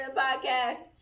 podcast